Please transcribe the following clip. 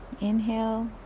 Inhale